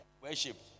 worship